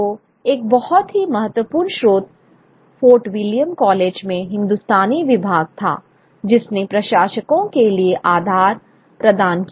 तो एक बहुत ही महत्वपूर्ण स्रोत फोर्ट विलियम कॉलेज में हिन्दुस्तानी विभाग था जिसने प्रशासकों के लिए आधार प्रदान किया